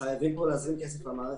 חייבים להזרים כסף למערכת,